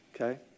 Okay